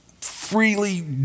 freely